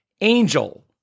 angel